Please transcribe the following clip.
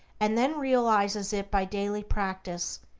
and then realizes it by daily practice.